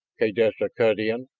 kaydessa cut in.